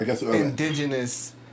indigenous